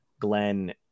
Glenn